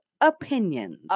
opinions